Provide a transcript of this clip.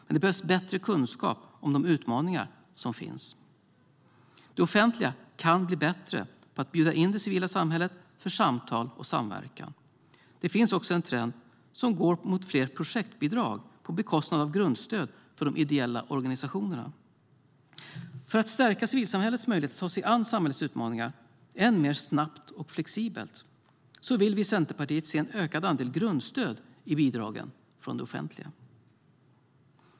Men det behövs bättre kunskap om de utmaningar som finns. Det offentliga kan bli bättre på att bjuda in det civila samhället för samtal och samverkan. Det finns också en trend som går mot fler projektbidrag på bekostnad av grundstöd för de ideella organisationerna. För att stärka civilsamhällets möjlighet att ta sig an samhällets utmaningar än mer snabbt och flexibelt vill Centerpartiet se en ökad andel grundstöd i bidragen från det offentliga.